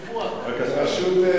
בבקשה.